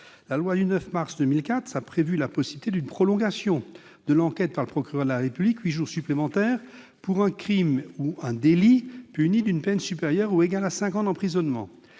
La loi du 9 mars 2004 a prévu la possibilité d'une prolongation de l'enquête par le procureur de la République- huit jours supplémentaires -pour un crime ou un délit puni d'une peine supérieure ou égale à cinq ans d'emprisonnement.